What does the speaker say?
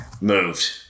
moved